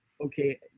okay